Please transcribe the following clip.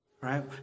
right